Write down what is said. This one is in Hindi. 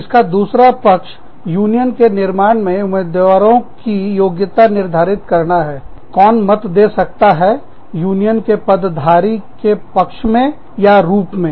इसका दूसरा पक्ष या अन्य विषय यूनियन के निर्माण में उम्मीदवारों की योग्यता निर्धारित करनाकौन मत दे सकता है यूनियन के पद धारी अधिकारी पक्ष में या रूप में